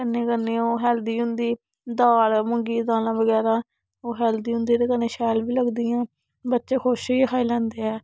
कन्नै कन्नै ओह् हैल्दी होंदी दाल मुंगी दी दालां बगैरा ओह् हैल्दी हुंदी ते कन्नै शैल बी लगदियां बच्चे खुश होइयै खाई लैंदे ऐं